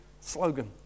slogan